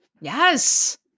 Yes